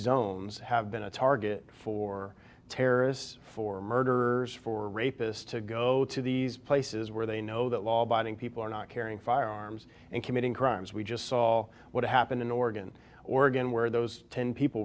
zones have been a target for terrorists for murderers for rapists to go to these places where they know that law abiding people are not carrying firearms and committing crimes we just saw what happened in oregon oregon where those ten people